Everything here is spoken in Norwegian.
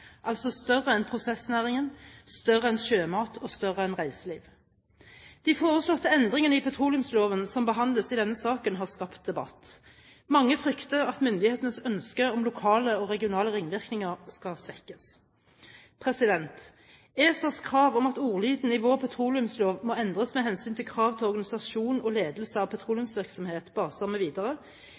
altså større en prosessnæringen, større enn sjømat og større enn reiseliv. De foreslåtte endringene i petroleumsloven som behandles i denne saken, har skapt debatt. Mange frykter at myndighetenes ønske om lokale og regionale ringvirkninger skal svekkes. ESAs krav om at ordlyden i vår petroleumslov må endres med hensyn til krav til organisasjon og ledelse av